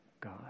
God